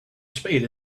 spade